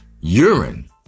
urine